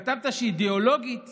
כתבת ש"אידיאולוגיית